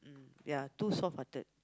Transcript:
mm ya too soft hearted